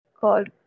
called